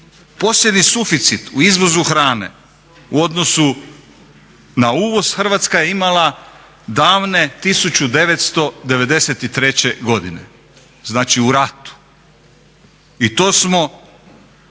Posljednji suficit u izvozu hrane u odnosu na uvoz Hrvatska je imala davne 1999. godine, znači u ratu i to smo